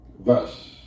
verse